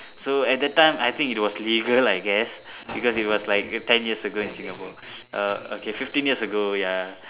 so at the time I think it was legal I guess because it was like ten years ago in Singapore err fifteen years ago ya